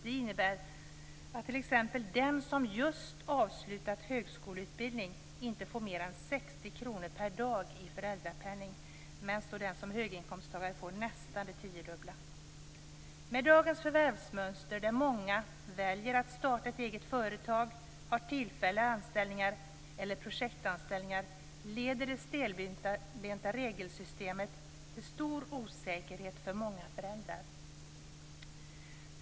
Det innebär att t.ex. den som just har avslutat högskoleutbildning inte får mer än 60 kr per dag i föräldrapenning, medan den som är höginkomsttagare får nästan det tiodubbla. Med dagens förvärvsmönster där många väljer att starta ett eget företag, har tillfälliga anställningar eller projektanställningar leder det stelbenta regelsystemet till stor osäkerhet för många föräldrar.